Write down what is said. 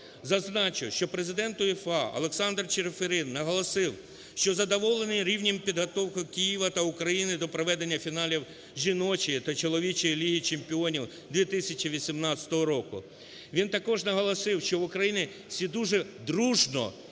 Зазначу, що президент УЄФА Олександр Чеферін наголосив, що задоволений рівнем підготовки Києва та України до проведення фіналів жіночої та чоловічої Ліги чемпіонів 2018 року. Він також наголосив, що в Україні всі дружно